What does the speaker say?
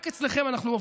לא אף אחד אחר'